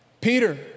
Peter